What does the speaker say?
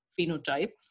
phenotype